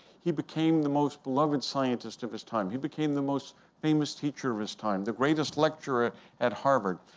he became the most beloved scientist of his time. he became the most famous teacher of his time, the greatest lecturer at harvard.